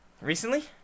Recently